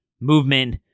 movement